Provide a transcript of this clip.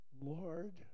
Lord